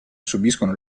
subiscono